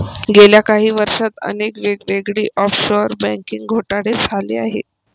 गेल्या काही वर्षांत अनेक वेगवेगळे ऑफशोअर बँकिंग घोटाळे झाले आहेत